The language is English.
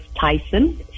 Tyson